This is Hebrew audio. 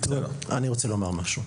אני רוצה לומר משהו,